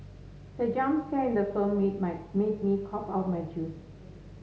the jump scare in the film made my made me cough out my juice